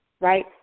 Right